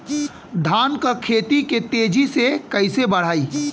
धान क खेती के तेजी से कइसे बढ़ाई?